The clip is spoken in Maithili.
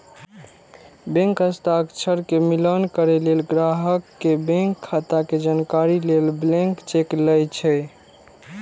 बैंक हस्ताक्षर के मिलान करै लेल, ग्राहक के बैंक खाता के जानकारी लेल ब्लैंक चेक लए छै